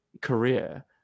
career